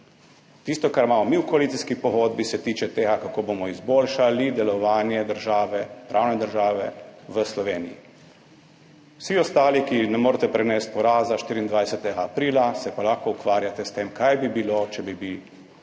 Tisto, kar imamo mi v koalicijski pogodbi, se tiče tega, kako bomo izboljšali delovanje države, pravne države v Sloveniji. Vsi ostali, ki ne morete prenesti poraza 24. aprila, se pa lahko ukvarjate s tem, kaj bi bilo, če bi se